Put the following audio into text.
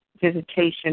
visitation